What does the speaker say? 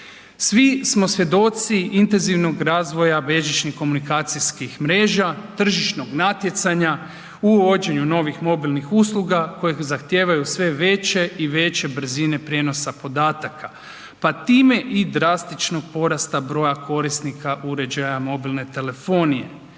Svi smo svjedoci intenzivnog razvoja bežičnih komunikacijskih mreža, tržišnog natjecanja u uvođenju novih mobilnih usluga koje zahtijevaju sve veće i veće brzine prijenosa podataka, pa time i drastičnog porasta broja korisnika uređaja mobilne telefonije.